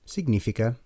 Significa